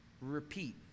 repeat